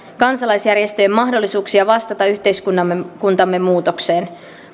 kansalaisjärjestöjen mahdollisuuksia vastata yhteiskuntamme muutokseen